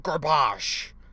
Garbage